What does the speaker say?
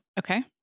Okay